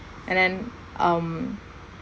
and then um